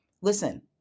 listen